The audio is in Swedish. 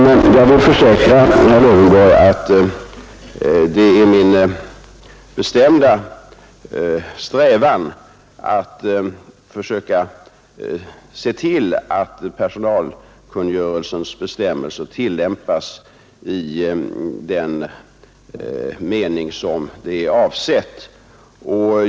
Men jag vill försäkra herr Lövenborg att det är min bestämda strävan att se till att personalkungörelsens bestämmelser tillämpas i den mening som är avsedd.